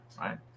right